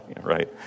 right